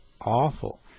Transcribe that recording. awful